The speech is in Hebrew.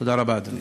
תודה רבה, אדוני.